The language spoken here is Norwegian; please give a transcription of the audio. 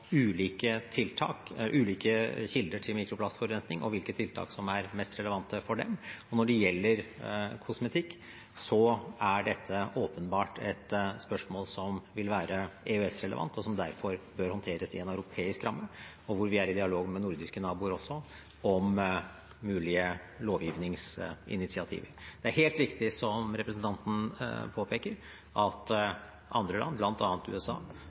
ulike tiltak, ulike kilder til mikroplastforurensning, og på hvilke tiltak som er mest relevante for dem. Når det gjelder kosmetikk, er dette åpenbart et spørsmål som vil være EØS-relevant, som derfor bør håndteres i en europeisk ramme, og hvor vi også er i dialog med nordiske naboer om mulige lovgivningsinitiativer. Det er helt riktig, som representanten påpeker, at i andre land, bl.a. USA,